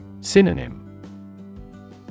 Synonym